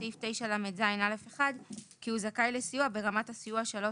סעיף 9לז(א)(1) כי הוא זכאי לסיוע ברמת הסיוע 3,